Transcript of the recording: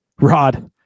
Rod